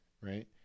right